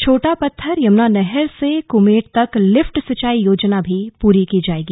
छोटा पत्थर यमुना नहर से कुमेट तक लिफ्ट सिंचाई योजना भी पूरी की जायेगी